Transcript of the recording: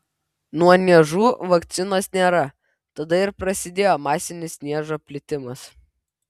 nuo niežų vakcinos nėra tada ir prasidėjo masinis niežo plitimas